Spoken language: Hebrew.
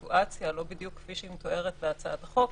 המצב לא בדיוק כפי שמתואר בהצעת החוק,